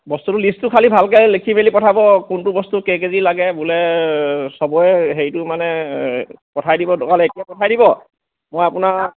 বস্তুটো লিষ্টটো খালী ভালকৈ লিখি মেলি পঠাব কোনটো বস্তু কেই কেজি লাগে বোলে সবৰে হেৰিটো মানে পঠাই দিব দৰকাৰ হ'লে এতিয়া পঠাই দিব মই আপোনাক